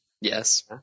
Yes